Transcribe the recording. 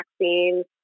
vaccines